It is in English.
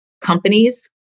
companies